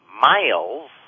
Miles